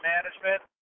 Management